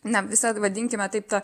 na visa vadinkime taip ta